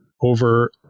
over